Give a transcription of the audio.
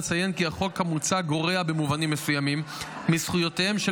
אציין כי החוק המוצע גורע במובנים מסוימים מזכויותיהם של